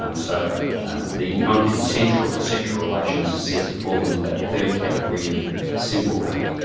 um so the non-consensual sexual relations is said to fall into that third category of simple rape.